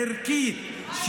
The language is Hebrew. ערכית,